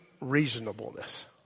reasonableness